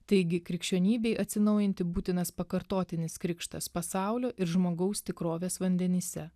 taigi krikščionybei atsinaujinti būtinas pakartotinis krikštas pasaulio ir žmogaus tikrovės vandenyse